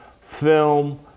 film